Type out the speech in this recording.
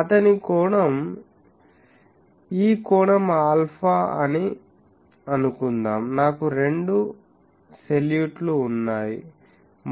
అతని కోణం ఈ కోణం ఆల్ఫా అని అనుకుందాం నాకు రెండు సెల్యూట్ లు ఉన్నాయి